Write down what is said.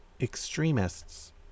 extremists